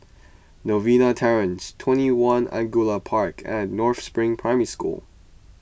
Novena Terrace twenty one Angullia Park and North Spring Primary School